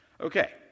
Okay